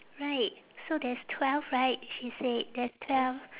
right so there's twelve right she said there's twelve